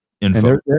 info